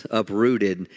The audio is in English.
uprooted